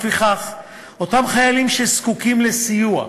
אותם חיילים שזקוקים לסיוע,